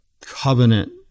covenant